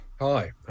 hi